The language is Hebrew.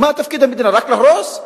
מה תפקיד המדינה, רק להרוס?